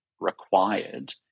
required